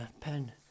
Pen